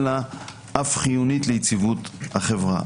אלא אף חיונית ליציבות החברה.